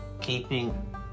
keeping